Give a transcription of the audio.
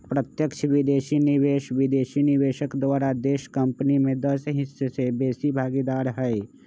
प्रत्यक्ष विदेशी निवेश विदेशी निवेशक द्वारा देशी कंपनी में दस हिस्स से बेशी भागीदार हइ